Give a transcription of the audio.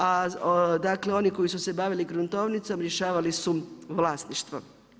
A dakle oni koji su se bavili gruntovnicom rješavali su vlasništvo.